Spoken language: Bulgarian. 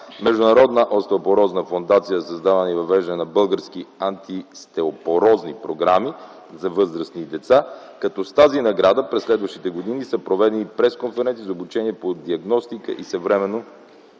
Международна остеопорозна фондация за създаване и въвеждане на български антиостеопорозни програми за възрастни и деца, като с тази награда през следващите години са проведени пресконференции за обучение по диагностика и съвременно